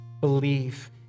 believe